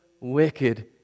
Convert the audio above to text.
wicked